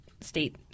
state